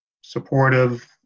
supportive